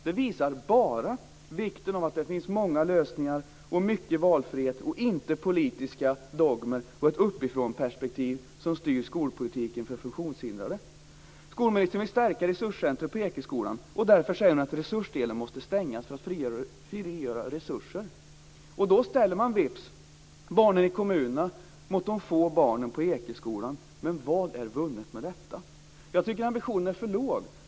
Det visar bara vikten av att det finns många lösningar och mycket valfrihet och inte politiska dogmer med ett uppifrånperspektiv som styr skolpolitiken för funktionshindrade. Skolministern vill stärka Ekeskolans resurscenter, och därför säger hon att resursdelen måste stängas för att frigöra resurser. Då ställs barnen i kommunerna mot de få barnen på Ekeskolan. Men vad är vunnet med detta? Ambitionen är för låg.